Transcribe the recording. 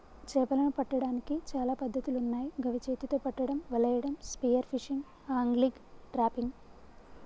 చేపలను పట్టడానికి చాలా పద్ధతులున్నాయ్ గవి చేతితొ పట్టడం, వలేయడం, స్పియర్ ఫిషింగ్, ఆంగ్లిగ్, ట్రాపింగ్